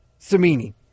Samini